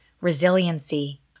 resiliency